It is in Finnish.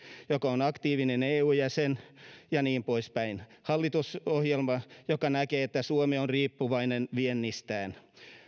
joka on aktiivinen eu jäsen ja niin poispäin hallitusohjelma joka näkee että suomi on riippuvainen viennistään